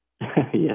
Yes